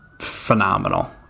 phenomenal